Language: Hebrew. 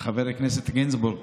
חבר הכנסת גינזבורג,